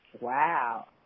Wow